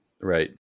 Right